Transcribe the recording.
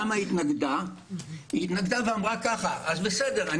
היא אמרה: בסדר,